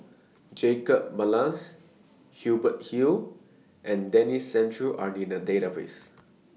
Jacob Ballas Hubert Hill and Denis Santry Are in The Database